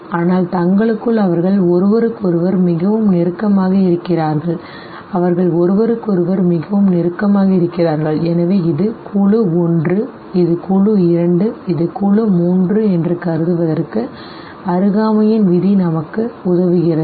ஆனால் தங்களுக்குள் அவர்கள் ஒருவருக்கொருவர் மிகவும் நெருக்கமாக இருக்கிறார்கள் அவர்கள் ஒருவருக்கொருவர் மிகவும் நெருக்கமாக இருக்கிறார்கள் எனவே இது குழு 1 இது குழு 2 இது குழு 3 என்று கருதுவதற்கு அருகாமையின் விதி நமக்கு உதவுகிறது